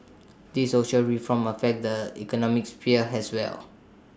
these social reforms affect the economic sphere as well